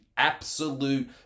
absolute